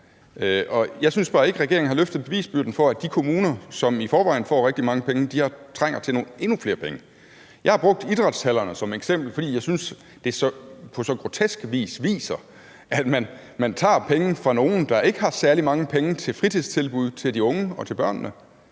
Jeg synes bare ikke, at regeringen har løftet bevisbyrden for, at de kommuner, som i forvejen får rigtig mange penge, trænger til endnu flere penge. Jeg har brugt idrætshallerne som eksempel, fordi jeg synes, at det på så grotesk vis viser, at man tager penge fra nogle, der ikke har særlig mange penge til fritidstilbud til de unge og til børnene,